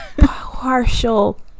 partial